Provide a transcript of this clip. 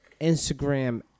Instagram